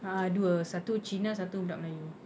ah ah dua satu cina satu budak melayu